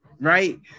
right